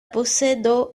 posedo